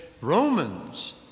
Romans